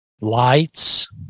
lights